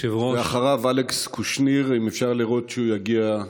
אחריו, אלכס קושניר, אם אפשר לראות שהוא יגיע.